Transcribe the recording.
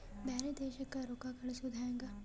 ಬ್ಯಾರೆ ದೇಶಕ್ಕೆ ರೊಕ್ಕ ಕಳಿಸುವುದು ಹ್ಯಾಂಗ?